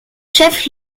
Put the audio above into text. chef